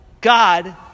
God